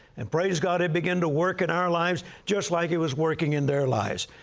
and praise god, it began to work in our lives just like it was working in their lives.